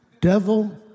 Devil